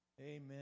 Amen